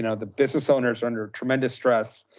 and the business owners are under tremendous stress.